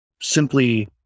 simply